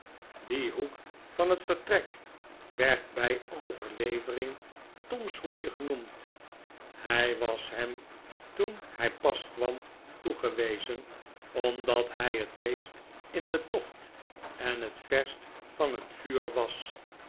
die hoek mmm tom neemt afscheid van het vertrek werd bij overlevering tom's hoekje genoemd hij was hem toen hij pas kwam toegewezen omdat hij het raeest in den tocht en het yerst van het vuur was